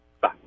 Bye